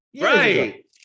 right